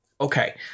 Okay